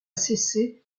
cessé